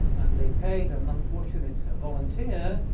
and they paid an unfortunate volunteer,